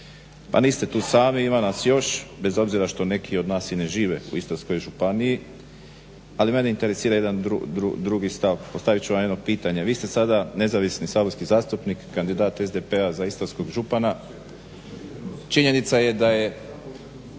Pa niste tu sami ima nas još, bez obzira što neki od nas i ne žive u Istarskoj županiji. Ali mene interesira jedan drugi stav, postavit ću vam jedno pitanje. Vi ste sada nezavisni saborski zastupnik, kandidat SDP-a za istarskog župana, činjenica je da je